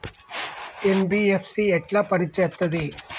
NBFC ఎట్ల పని చేత్తది?